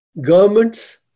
Governments